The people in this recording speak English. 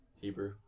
Hebrew